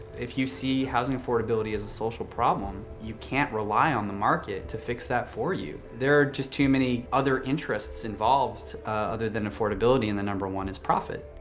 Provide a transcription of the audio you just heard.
if you see housing affordability as a social problem, you can't rely on the market to fix that for you. there are just too many other interests involved other than affordability, and the number one is profit.